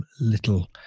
little